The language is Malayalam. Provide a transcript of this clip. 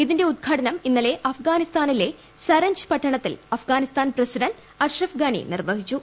ഇതിന്റെ ഉദ്ഘാടനം ഇന്നലെ അഫ്ശാന്ദിസ്ഥാനിലെ സരൻജ് പട്ടണത്തിൽ അഫ്ഗാനിസ്ഥാൻ പ്രസിഡ്ന്റ് അഷറഫ് ഗനി നിർവഹിച്ചു